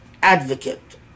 advocate